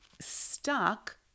stuck